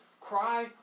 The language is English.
cry